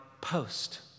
post